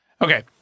Okay